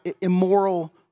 immoral